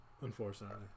unfortunately